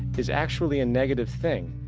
is actually a negative thing.